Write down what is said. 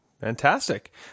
Fantastic